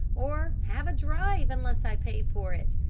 or have a drive unless i paid for it.